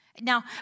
Now